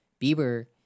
Bieber